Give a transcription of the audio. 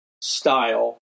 style